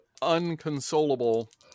unconsolable